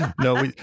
No